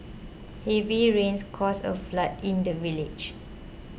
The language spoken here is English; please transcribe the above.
heavy rains caused a flood in the village